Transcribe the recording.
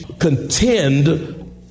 contend